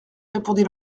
répondit